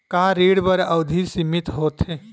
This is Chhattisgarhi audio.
का ऋण बर अवधि सीमित होथे?